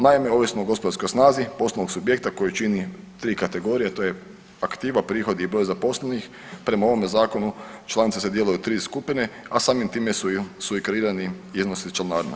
Naime, ovisno o gospodarskoj snazi poslovnog subjekta koji čini 3 kategorija, a to je aktiva, prihodi i broj zaposlenih prema ovome zakonu članice se dijele u 3 skupine, a samim time su i sukreirani vrijednosti članarina.